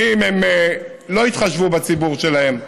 ואם הם לא יתחשבו בציבור שלהם,